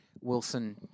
Wilson